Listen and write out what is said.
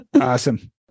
Awesome